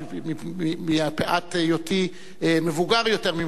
מפאת היותי מבוגר יותר ממך.